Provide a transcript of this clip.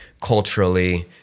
culturally